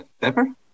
pepper